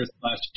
slash